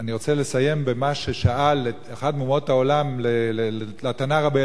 אני רוצה לסיים במה ששאל אחד מאומות העולם לתנא רבי